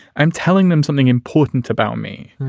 i'm telling them something important about me.